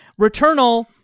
Returnal